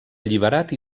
alliberat